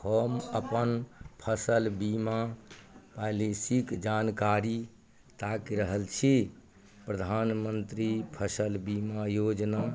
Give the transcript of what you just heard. हम अपन फसल बीमा पैलिसीक जानकारी ताकि रहल छी प्रधानमंत्री फसल बीमा योजना